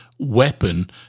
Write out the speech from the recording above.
weapon